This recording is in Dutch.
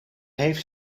heeft